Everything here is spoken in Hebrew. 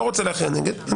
לא רוצה להכריע נגד,